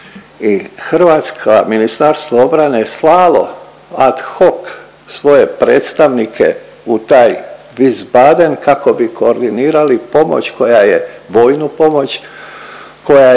Hrvatska Ministarstvo obrane je slalo ad hoc svoje predstavnike u taj Wiesbaden kako bi koordinirali pomoć koja je vojnu pomoć, koja je